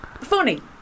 funny